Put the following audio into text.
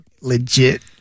legit